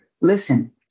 listen